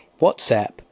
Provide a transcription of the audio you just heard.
WhatsApp